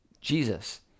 Jesus